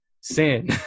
sin